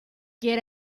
get